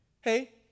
Hey